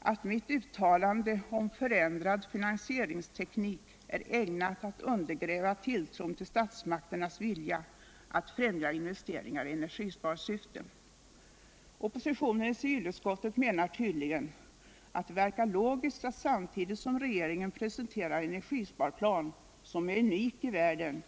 att mitt uttalande om förändrad finansie ringsteknik är ”ägnat att undergräva tilltron till statsmakternas vilja att främja investeringar i energisparsyfte”. Oppositionen I civilutskottet menar tydligen att det verkar logiskt att samtidigt som regeringen presenterar en energisparplan som är unik i världen.